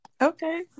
Okay